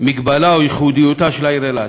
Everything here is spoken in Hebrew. מגבלה או ייחודיות של העיר אילת.